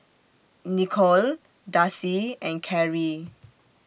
Nikole Darci and Karie